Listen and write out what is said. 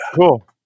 cool